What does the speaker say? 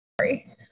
Sorry